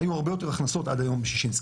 היו הרבה יותר הכנסות עד היום משישינסקי.